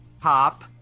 pop